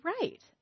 right